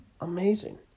amazing